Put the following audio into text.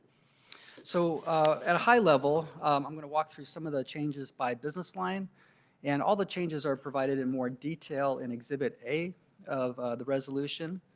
so at a high level i'm going to walk through some of the changes by business line and all the changes are provided in more detail in exhibit a of the resolution.